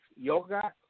Yoga